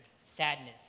sadness